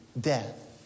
death